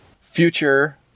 Future